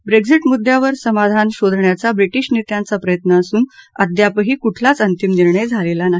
Brexit मुद्यावर समाधान शोधण्याचा ब्रिटिश नेत्यांचा प्रयत्न असून अद्यापही कुठलाच अंतिम निर्णय झालेला नाही